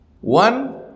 One